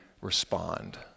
respond